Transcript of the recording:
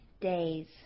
days